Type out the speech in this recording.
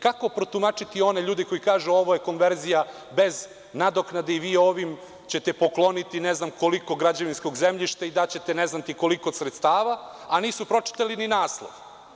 Kako protumačiti one ljude koji kažu – ovo je konverzija bez nadoknade i vi ćete ovim pokloniti ne znam koliko građevinskog zemljišta i daćete ne znam koliko sredstava, a nisu pročitali ni naslov?